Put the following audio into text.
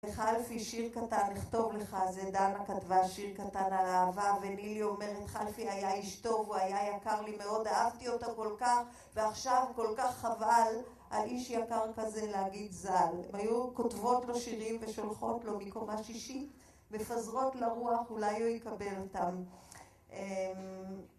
חלפי, שיר קטן לכתוב לך, זה דנה כתבה, שיר קטן על אהבה ונילי אומרת, חלפי היה איש טוב, הוא היה יקר לי מאוד, אהבתי אותה כל כך ועכשיו, כל כך חבל, על איש יקר כזה להגיד ז"ל היו כותבות לו שירים ושולחות לו מקומה שישית מפזרות לרוח, אולי הוא יקבל אותם